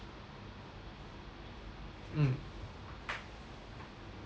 mm